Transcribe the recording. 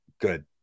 good